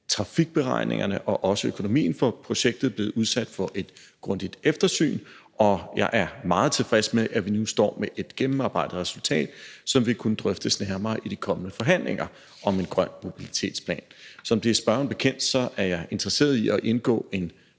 trafikberegningerne og også økonomien for projektet blevet udsat for et grundigt eftersyn, og jeg er meget tilfreds med, at vi nu står med et gennemarbejdet resultat, som vil kunne drøftes nærmere i de kommende forhandlinger om en grøn mobilitetsplan. Som det er spørgeren bekendt, er jeg interesseret i at indgå en